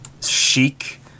chic